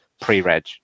pre-reg